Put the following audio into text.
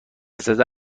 زده